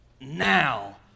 now